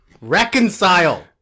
reconcile